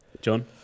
John